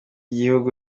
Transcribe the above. gihugu